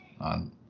on